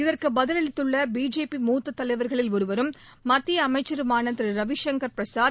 இதற்கு பதிலளித்துள்ள பிஜேபி மூத்த தலைவர்களில் ஒருவரும் மத்திய அமைச்சருமான திரு ரவிசங்கர் பிரசாத்